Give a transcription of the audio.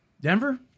Denver